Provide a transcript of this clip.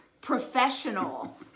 professional